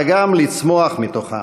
אלא גם לצמוח מתוכם.